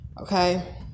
okay